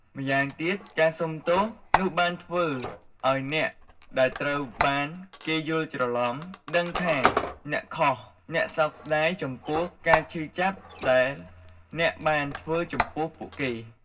ម្យ៉ាងទៀត ការសុំទោសនោះបានធ្វើឲ្យអ្នកដែលត្រូវបានគេយល់ច្រឡុំដឹងថាអ្នកខុស អ្នកសោកស្ដាយចំពោះការឈឺចាប់ដែលអ្នកបានធ្វើចំពោះពួកគេ។